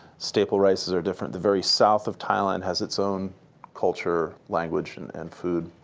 staple rices are different. the very south of thailand has its own culture, language, and and food.